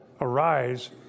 arise